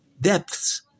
depths